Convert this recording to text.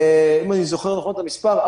אם אני זוכר נכון את המספר,